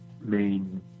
main